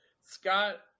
Scott